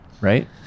right